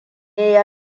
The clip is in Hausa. ya